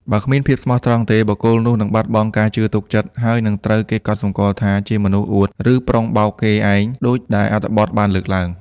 បើគ្មានភាពស្មោះត្រង់ទេ បុគ្គលនោះនឹងបាត់បង់ការជឿទុកចិត្ត ហើយនឹងត្រូវគេកត់សម្គាល់ថាជាមនុស្ស អួត ឬ ប្រុងបោកគេឯង ដូចដែលអត្ថបទបានលើកឡើង។